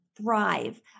Thrive